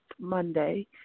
Monday